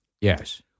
Yes